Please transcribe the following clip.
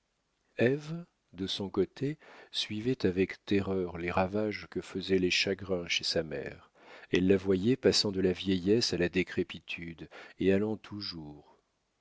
de son côté suivait avec terreur les ravages que faisaient les chagrins chez sa mère elle la voyait passant de la vieillesse à la décrépitude et allant toujours